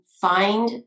find